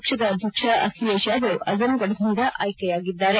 ಪಕ್ಷದ ಅಧಕ್ಷ ಅಖಿಲೇಶ್ ಯಾದವ್ ಅಜಂಗಢದಿಂದ ಆಯ್ಕೆಯಾಗಿದ್ದಾರೆ